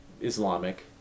Islamic